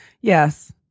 Yes